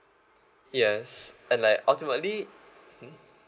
yes and like ultimately hmm